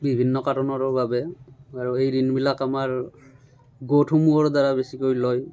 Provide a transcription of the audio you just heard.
বিভিন্ন কাৰণৰ বাবে আৰু এই ঋণবিলাক আমাৰ গোটসমূহৰ দ্বাৰা বেছিকৈ লয়